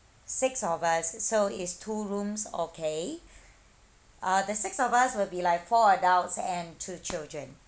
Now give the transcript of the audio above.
six of us so is two rooms okay uh the six of us will be like four adults and two children